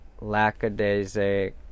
lackadaisic